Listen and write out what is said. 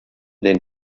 den